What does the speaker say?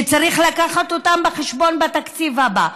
שצריך לקחת אותם בחשבון לתקציב הבא.